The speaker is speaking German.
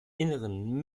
inneren